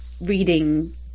reading